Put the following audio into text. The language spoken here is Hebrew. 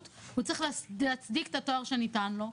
הוא צריך להצדיק את התואר שניתן לו.